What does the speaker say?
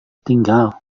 tinggal